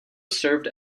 served